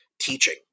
teaching